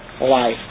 life